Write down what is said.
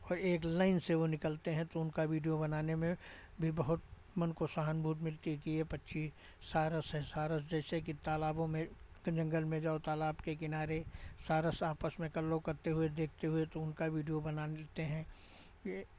और एक लाइन से वो निकलते हैं तो उनका वीडियो बनाने में भी बहुत मन को सहानुभूति मिलती कि ये पक्षी सारस है सारस जैसे कि तालाबों में तो जंगल में जाओ तालाब के किनारे सारस आपस में कलरव करते हुए देखते हुए तो उनका वीडियो बनाते हैं ये